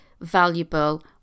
valuable